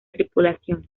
tripulación